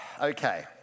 okay